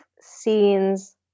scenes